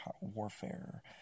warfare